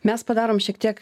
mes padarom šiek tiek